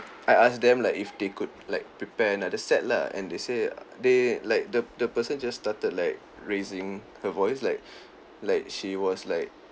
I ask them like if they could like prepare another set lah and they say they like the the person just started like raising her voice like like she was like